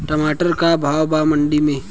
टमाटर का भाव बा मंडी मे?